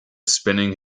spinning